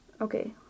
Okay